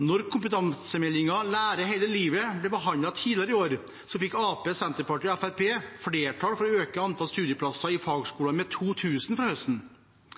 Da kompetansemeldingen Lære hele livet ble behandlet tidligere i år, fikk Arbeiderpartiet, Senterpartiet og Fremskrittspartiet flertall for å øke antall studieplasser i fagskolene med 2 000 fra høsten.